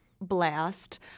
Blast